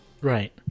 right